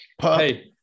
Hey